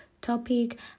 topic